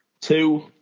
two